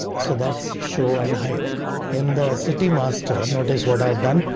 so that's show and hide in the city master. notice what i've done.